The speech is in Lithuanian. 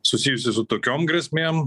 susijusi su tokiom grėsmėm